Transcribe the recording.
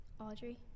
Audrey